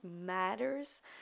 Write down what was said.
matters